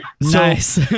Nice